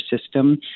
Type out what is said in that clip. system